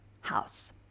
house